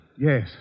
Yes